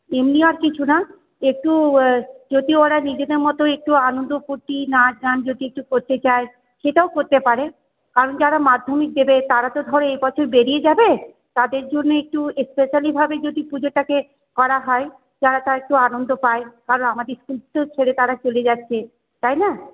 এমনি আর কিছু না একটু যদি ওরা নিজেদের মতো একটু আনন্দ ফূর্তি নাচ গান যদি একটু করতে চায় সেটাও করতে পারে কারণ যারা মাধ্যমিক দেবে তারা তো ধরো এ বছর বেরিয়ে যাবে তাদের জন্য একটু স্পেশালিভাবে যদি পুজোটাকে করা হয় তারা একটু আনন্দ পায় কারণ আমাদের স্কুল তো ছেড়ে তারা চলে যাচ্ছে তাই না